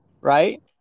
right